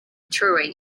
touring